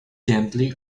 gently